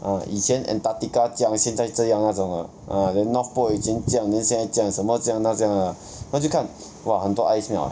ah 以前 antarctica 这样现在这样那种 ah ah then north pole 以前这样 then 现在这样什么这样那这样的 lah 然后就看 !wah! 很多 ice melt